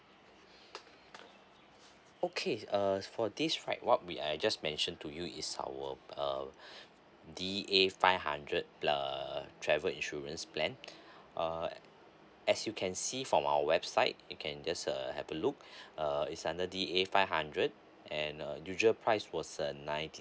okay uh for this right what we I just mention to you is our err D A five hundred err travel insurance plan err as you can see from our website you can just err have a look uh is under D A five hundred and uh usual price was uh ninety